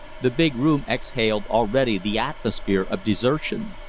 the big room exhaled already the atmosphere of desertion.